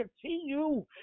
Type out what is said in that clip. continue